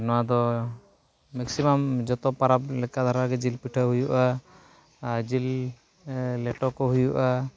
ᱱᱚᱣᱟ ᱫᱚ ᱢᱮᱠᱥᱤᱢᱟᱢ ᱡᱚᱛᱚ ᱯᱟᱨᱟᱵᱽ ᱞᱮᱠᱟ ᱫᱷᱟᱨᱟᱜᱮ ᱡᱤᱞ ᱯᱤᱴᱷᱟᱹ ᱦᱩᱭᱩᱜᱼᱟ ᱟᱨ ᱡᱤᱞ ᱞᱮᱴᱚ ᱠᱚ ᱦᱩᱭᱩᱜᱼᱟ